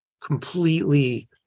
completely